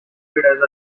promoted